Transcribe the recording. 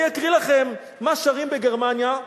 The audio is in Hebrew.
אני אקריא לכם מה שרים בגרמניה,